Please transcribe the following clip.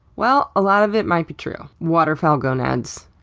well, a lot of it might be true. waterfowl gonads,